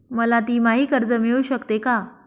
मला तिमाही कर्ज मिळू शकते का?